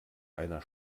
einer